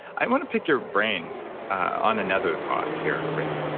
i want to pick your brain on another thought here, rick.